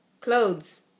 clothes